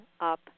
up